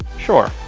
sure!